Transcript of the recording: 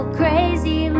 crazy